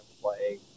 play